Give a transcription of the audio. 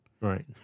Right